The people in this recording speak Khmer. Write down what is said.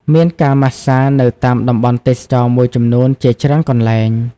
មានការម៉ាស្សានៅតាមតំបន់ទេសចរណ៍មួយចំនួនជាច្រើនកន្លែង ។